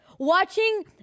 Watching